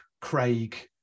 Craig